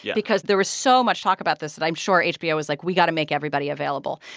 because there was so much talk about this that i'm sure hbo was like, we got to make everybody available.